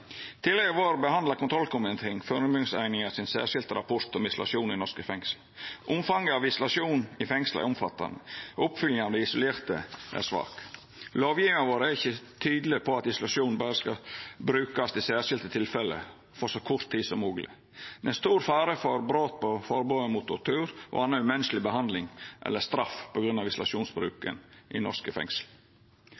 vår behandla kontrollkomiteen førebuingseininga sin særskilde rapport om isolasjon i norske fengsel. Omfanget av isolasjon i fengsel er omfattande, og oppfylginga av dei isolerte er svak. Lovgjevinga vår er ikkje tydeleg på at isolasjon berre skal brukast i særskilde tilfelle og over så kort tid som mogleg, med stor fare for brot på forbodet mot tortur og anna umenneskeleg behandling eller straff